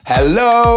Hello